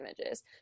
images